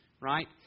right